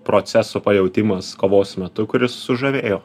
proceso pajautimas kovos metu kuris sužavėjo